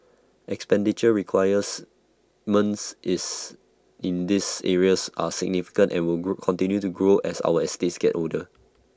expenditure is in these areas are significant and will grow continue to grow as our estates get older